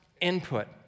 input